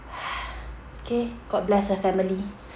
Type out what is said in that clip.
!hais! K god bless her family